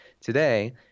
today